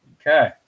Okay